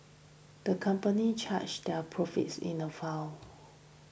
the company charted their profits in a fell